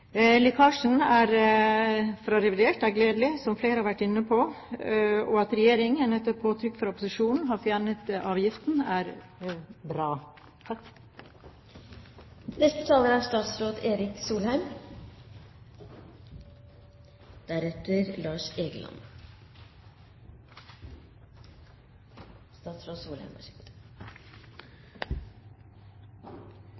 Lekkasjen er fra revidert – det er gledelig, som flere har vært inne på. Og at regjeringen etter påtrykk fra opposisjonen har fjernet avgiften, er bra.